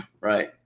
Right